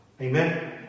Amen